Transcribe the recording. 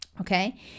okay